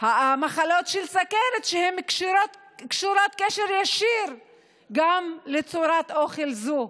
גם המחלות של סכרת קשורות בקשר ישיר לצורת אוכל זו.